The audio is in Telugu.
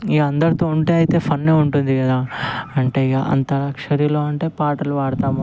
ఈ అందరితో ఉంటే అయితే ఫన్నే ఉంటది కదా అంటే అంత్యాక్షరిలో అంటే పాటలు పాడుతాము